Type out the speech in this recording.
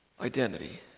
identity